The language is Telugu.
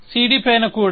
cd పైన కూడా